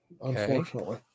unfortunately